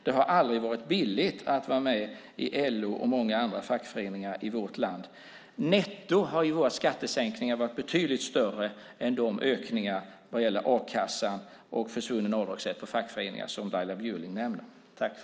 Det har aldrig varit billigt att vara med i LO och många andra fackföreningar i vårt land. Netto har våra skattesänkningar varit betydligt större än de ökningar vad gäller a-kassan och försvunnen avdragsrätt för fackföreningar som Laila Bjurling nämner.